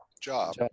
job